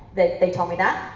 they they told me not.